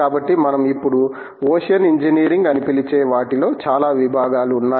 కాబట్టి మనం ఇప్పుడు ఓషన్ ఇంజనీరింగ్ అని పిలిచే వాటిలో చాలా విభాగాలు ఉన్నాయి